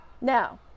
Now